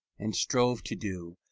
and strove to do,